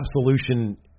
Absolution